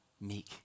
meek